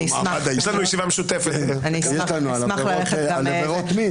אשמח ללכת גם לשם.